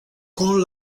con